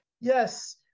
Yes